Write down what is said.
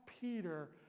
Peter